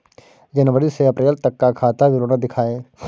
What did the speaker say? जनवरी से अप्रैल तक का खाता विवरण दिखाए?